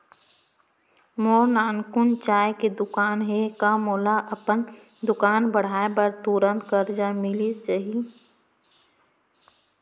मोर नानकुन चाय के दुकान हे का मोला अपन दुकान बढ़ाये बर तुरंत करजा मिलिस जाही?